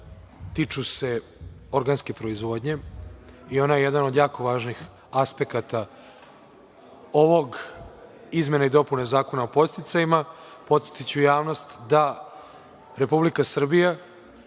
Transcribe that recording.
tiču se organske proizvodnje, i ona je jedna od jako važnih aspekata ovih izmena i dopuna Zakona o podsticajima. Podsetiću javnost, da Republika Srbija